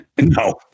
no